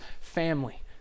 family